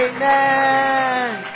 Amen